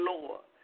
Lord